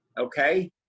Okay